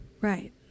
Right